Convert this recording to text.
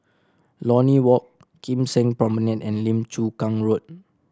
Lornie Walk Kim Seng Promenade and Lim Chu Kang Road